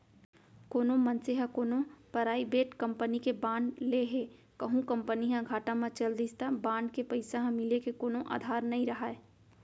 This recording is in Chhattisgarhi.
कोनो मनसे ह कोनो पराइबेट कंपनी के बांड ले हे कहूं कंपनी ह घाटा म चल दिस त बांड के पइसा ह मिले के कोनो अधार नइ राहय